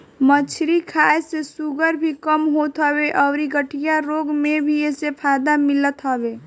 मछरी खाए से शुगर भी कम होत हवे अउरी गठिया रोग में भी एसे फायदा मिलत हवे